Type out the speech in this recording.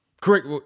correct